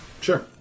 Sure